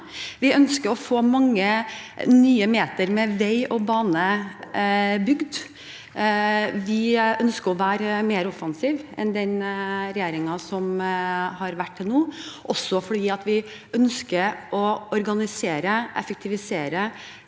Vi ønsker å få mange nye meter med vei og bane bygd. Vi ønsker å være mer offensive enn den regjeringen som har vært til nå, også fordi vi ønsker å organisere, effektivisere